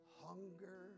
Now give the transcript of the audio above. hunger